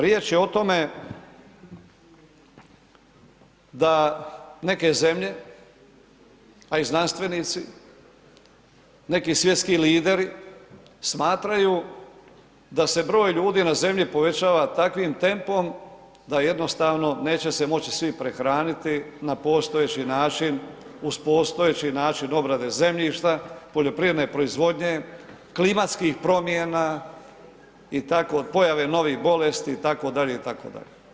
Riječ je o tome da neke zemlje, a i znanstvenici, neki svjetski lideri, smatraju da se broj ljudi na zemlji povećava takvim tempom da jednostavno neće se moći svi prehraniti na postojeći način uz postojeći način obrade zemljišta, poljoprivredne proizvodnje, klimatskih promjena, pojave novih bolesti itd., itd.